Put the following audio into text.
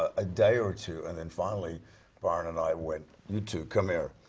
ah a day or two, and then finally brian and i went, you two, come here.